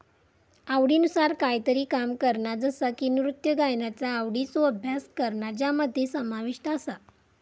आवडीनुसार कायतरी काम करणा जसा की नृत्य गायनाचा आवडीचो अभ्यास करणा ज्यामध्ये समाविष्ट आसा